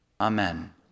Amen